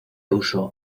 uso